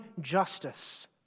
justice